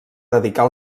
dedicar